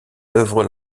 œuvres